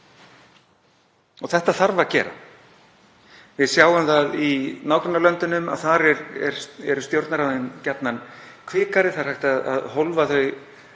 Og þetta þarf að gera. Við sjáum það í nágrannalöndunum að þar eru stjórnarráðin gjarnan kvikari, það er hægt að hólfa þau